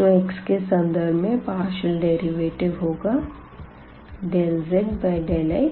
तो x के संदर्भ में पार्शियल डेरिवेटिव होगा ∂z∂x xa2